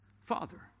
Father